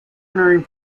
entering